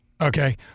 Okay